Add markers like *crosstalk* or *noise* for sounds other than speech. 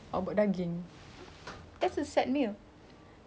sedih nah *laughs* tapi sedih juga kalau hari-hari